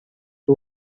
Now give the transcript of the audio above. two